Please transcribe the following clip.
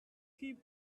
keep